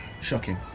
shocking